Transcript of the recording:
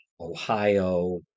Ohio